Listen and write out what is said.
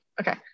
Okay